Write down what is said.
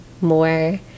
more